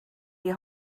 die